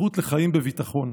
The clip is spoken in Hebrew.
זכות לחיים בביטחון.